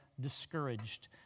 discouraged